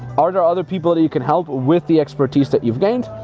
are there other people that you can help with the expertise that you've gained?